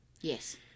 Yes